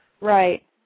Right